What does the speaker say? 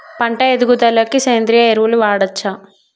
పంట ఎదుగుదలకి సేంద్రీయ ఎరువులు వాడచ్చా?